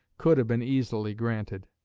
could have been easily granted.